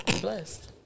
Blessed